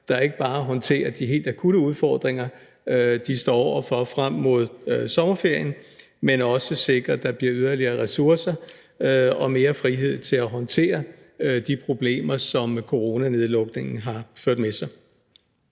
der ikke bare håndterer de helt akutte udfordringer, de står over for frem mod sommerferien, men også sikrer, at der bliver yderligere ressourcer og mere frihed til at håndtere de problemer, som coronanedlukningen har ført med sig.